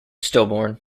stillborn